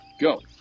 go